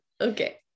Okay